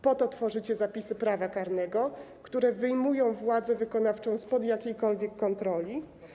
Po to tworzycie zapisy prawa karnego, które wyjmują władzę wykonawczą spod jakiejkolwiek kontroli?